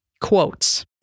quotes